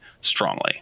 strongly